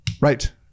Right